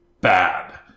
bad